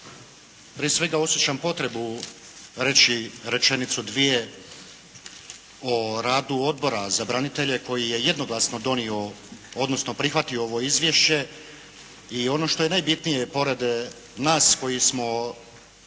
Prije svega osjećam potrebu reći rečenicu, dvije o radu Odbora za branitelje koji je jednoglasno donio, odnosno prihvatio ovo izvješće i ono što je najbitnije pored nas koji smo